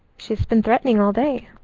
she's been threatening all day.